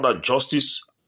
justice